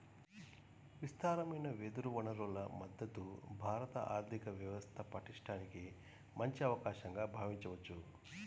విస్తారమైన వెదురు వనరుల మద్ధతు భారత ఆర్థిక వ్యవస్థ పటిష్టానికి మంచి అవకాశంగా భావించవచ్చు